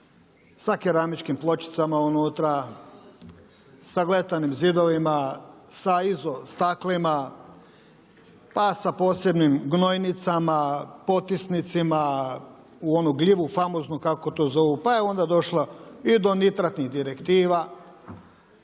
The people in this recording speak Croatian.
sa keramičkim pločicama unutra, sa gletanim zidovima, sa izo staklima, pa sa posebnim gnojnicima, potisnicima u onu gljivu famoznu kako to zovu pa je onda došla i do nitratnih direktiva,